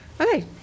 okay